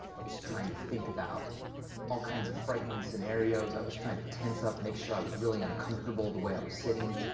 i was trying to think about all kinds of frightening scenarios, i was trying to tense up to make sure i was really uncomfortable the way i was sitting.